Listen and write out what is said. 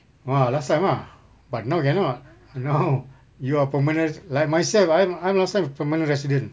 ah last time lah but now cannot now you are permanent like myself I'm I'm last time a permanent resident